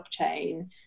blockchain